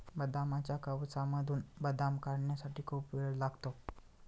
बदामाच्या कवचामधून बदाम काढण्यासाठी खूप वेळ लागतो